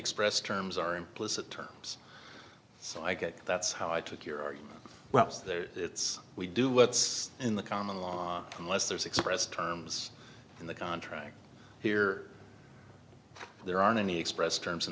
express terms are implicit terms so i get that's how i took your argument well it's there it's we do what's in the common law unless there's expressed terms in the contract here there aren't any expressed terms in